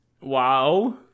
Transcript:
Wow